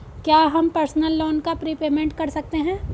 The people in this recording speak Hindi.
क्या हम पर्सनल लोन का प्रीपेमेंट कर सकते हैं?